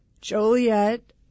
Joliet